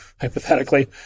hypothetically